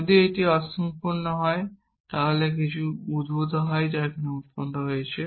যদি এটি সম্পূর্ণ হয় তবে যা কিছু উদ্ভূত হয় তা উৎপন্ন হয়েছে